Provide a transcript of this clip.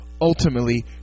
Ultimately